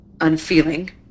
unfeeling